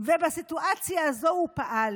ובסיטואציה הזאת הוא פעל.